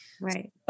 Right